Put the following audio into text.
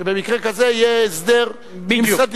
שבמקרה כזה יהיה הסדר ממסדי.